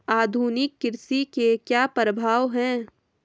आधुनिक कृषि के क्या प्रभाव हैं?